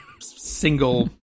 single